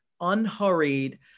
unhurried